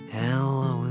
hello